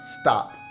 stop